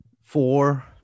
four